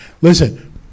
Listen